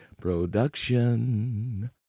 Production